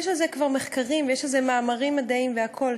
יש על זה כבר מחקרים ויש מאמרים מדעיים והכול.